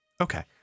Okay